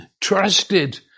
trusted